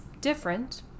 different